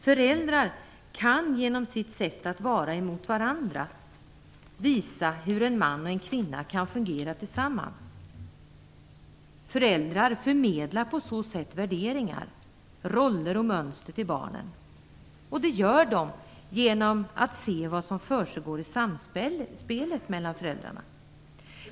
Föräldrar kan genom sitt sätt att vara mot varandra visa hur en man och en kvinna kan fungera tillsammans. Föräldrar förmedlar på så sätt värderingar, roller och mönster till barnen. Barnen tillägnar sig dem genom att se vad som försiggår i samspelet mellan föräldrarna.